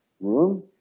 room